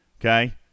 Okay